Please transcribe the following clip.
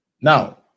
now